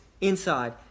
inside